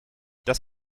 das